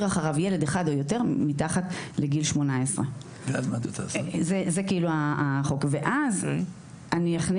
אחריו ילד אחד או יותר מתחת לגיל 18". אני שואלת,